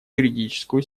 юридическую